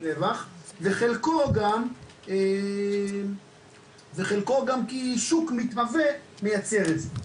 חלקו גם עלה כי שוק מתהווה מייצר את זה.